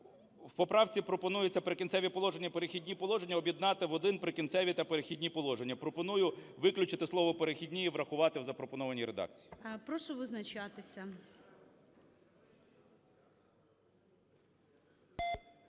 В поправці пропонується "Прикінцеві положення", "Перехідні положення"об’єднати в один "Прикінцеві та перехідні положення". Пропоную виключити слово "перехідні" і врахувати в запропонованій редакції. ГОЛОВУЮЧИЙ. Прошу визначатися.